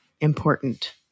important